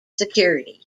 security